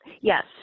yes